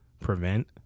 prevent